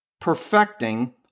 Perfecting